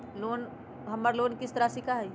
हमर लोन किस्त राशि का हई?